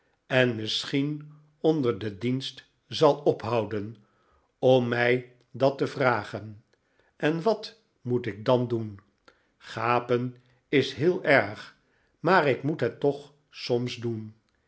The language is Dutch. en misschien onder den dienst zal ophouden om mij dat te vragen en wat moet ik dan doen gapen is heel erg maar ik moet net toch soms doen